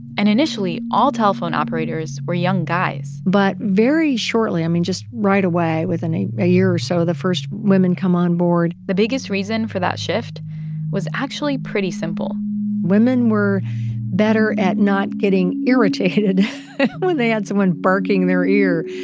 and initially, all telephone operators were young guys but very shortly i mean, just right away, within a ah year or so the first women come on board the biggest reason for that shift was actually pretty simple women were better at not getting irritated when they had someone barking in their ear.